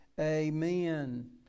Amen